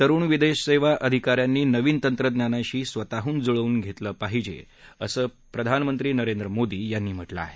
तरुण विदेश सेवा अधिका यांनी नवीन तंत्रज्ञानाशी स्वतःहून जुळवून घेतलं असं प्रधानमंत्री नरेंद्र मोदी यांनी म्हा कें आहे